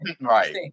Right